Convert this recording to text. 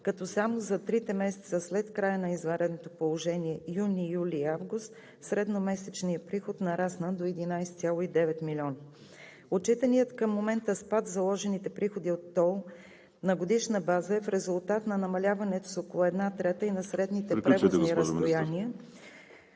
като само за трите месеца след края на извънредното положение – юни, юли и август, средно месечният приход нарасна до 11,9 милиона. Отчетеният към момента спад в заложените приходи от тол на годишна база е в резултат на намаляването с около една трета и на средните превозни разстояния…